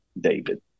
David